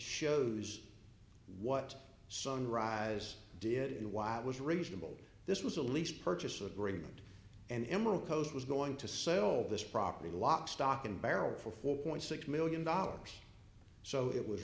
shows what sunrise did in why it was reasonable this was a lease purchase agreement and emerald coast was going to sell this property lock stock and barrel for four point six million dollars so it was